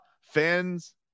fans